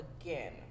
again